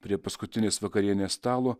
prie paskutinės vakarienės stalo